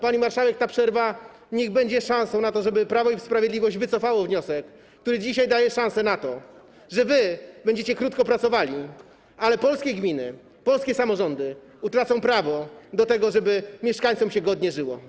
Pani marszałek, ta przerwa niech będzie szansą na to, żeby Prawo i Sprawiedliwość wycofało wniosek, który dzisiaj daje szansę, że wy będziecie krótko pracowali, ale polskie gminy, polskie samorządy utracą prawo do tego, żeby mieszkańcom godnie się żyło.